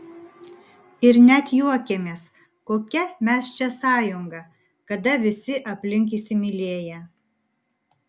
ir net juokėmės kokia mes čia sąjunga kada visi aplink įsimylėję